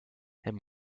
and